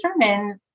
determine